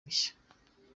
mishya